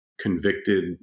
convicted